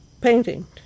painting